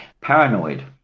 Paranoid